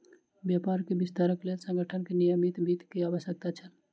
व्यापार के विस्तारक लेल संगठन के निगमित वित्त के आवश्यकता छल